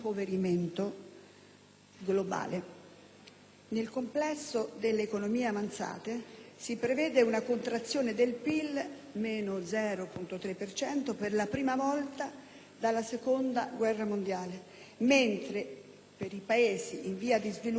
globale. Nel complesso delle economie avanzate, si prevede una contrazione del PIL (meno 0,3 per cento) per la prima volta dalla seconda guerra mondiale, mentre per i Paesi in via di sviluppo la crescita,